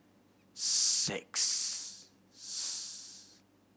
six